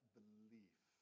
belief